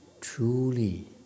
truly